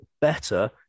better